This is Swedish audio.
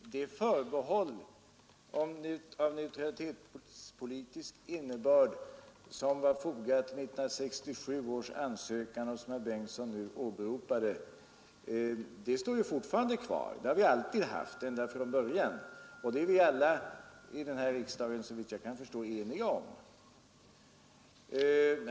Herr talman! Det förbehåll av neutralitetspolitisk innebörd som var fogat till 1967 års ansökan och som herr Bengtson nu åberopade står fortfarande kvar. Detta förbehåll har vi haft ända från början. Detta är vi alla, såvitt jag kan förstå, i denna riksdag eniga om.